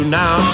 now